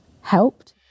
helped